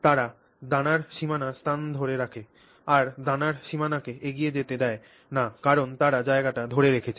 তারা দানার সীমানা স্থান ধরে রাখে আর দানার সীমানাকে এগিয়ে যেতে দেয় না কারণ তারা জায়গাটা ধরে রেখেছে